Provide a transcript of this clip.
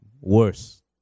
worse